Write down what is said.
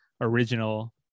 original